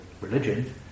religion